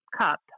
cup